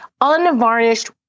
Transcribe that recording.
unvarnished